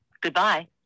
Goodbye